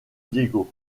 diego